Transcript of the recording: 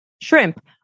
shrimp